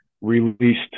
released